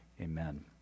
Amen